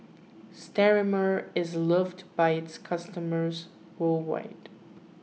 Sterimar is loved by its customers worldwide